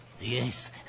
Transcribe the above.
Yes